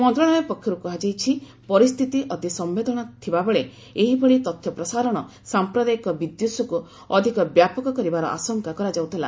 ମନ୍ତ୍ରଶାଳୟ ପକ୍ଷରୁ କୁହାଯାଇଛି ପରିସ୍ଥିତି ଅତି ସମ୍ଭେଦନଶୀଳ ଥିବାବେଳେ ଏହିଭଳି ତଥ୍ୟ ପ୍ରସାରଣ ସାଂପ୍ରଦାୟିକ ବିଦ୍ଧେଷକୁ ଅଧିକ ବ୍ୟାପକ କରିବାର ଆଶଙ୍କା କରାଯାଉଥିଲା